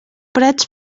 prats